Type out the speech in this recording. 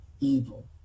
evil